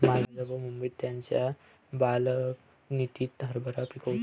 माझा भाऊ मुंबईत त्याच्या बाल्कनीत हरभरा पिकवतो